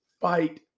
fight